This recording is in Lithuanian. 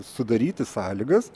sudaryti sąlygas